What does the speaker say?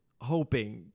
hoping